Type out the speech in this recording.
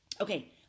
Okay